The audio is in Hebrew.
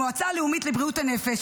המועצה הלאומית לבריאות הנפש,